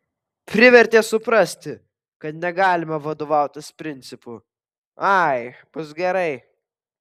privertė suprasti kad negalima vadovautis principu ai bus gerai